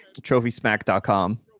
TrophySmack.com